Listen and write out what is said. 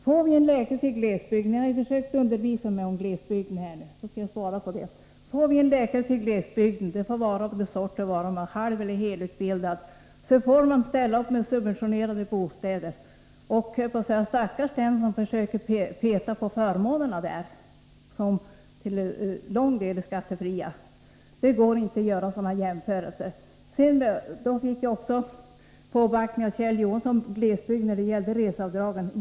Får vi en läkare till glesbygden — ni har ju försökt undervisa mig om glesbygden, och jag skall svara på det — av vilken sort det vara må, halveller helutbildad, så måste vi ställa upp med subventionerade bostäder. Och stackars den som söker peta på förmånerna därvidlag — förmåner som till stor del är skattefria. Nej, det går inte att göra sådana jämförelser. Sedan fick jag också påbackning av Kjell Johansson för reseavdraget när det gäller glesbygden.